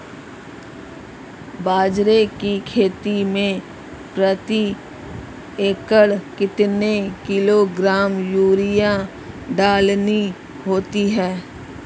बाजरे की खेती में प्रति एकड़ कितने किलोग्राम यूरिया डालनी होती है?